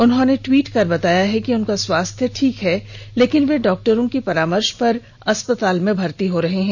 उन्होंने ट्वीट कर बताया है कि उनका स्वास्थ ठीक है लेकिन वे डॉक्टेरों के परामर्श पर अस्पताल में भर्ती हो रहे हैं